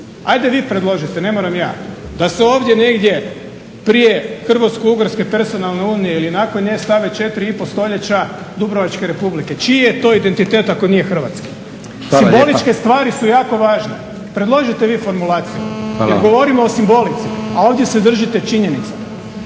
Hajde vi predložite ne moram ja, da se ovdje negdje prije Hrvatsko-ugarske personalne unije ili nakon nje stave četiri i pol stoljeća Dubrovačke Republike. Čiji je to identitet ako nije hrvatski. Simboličke stvari su jako važne. Predložite vi formulaciju, jer govorimo o simbolici, a ovdje se držite činjenica.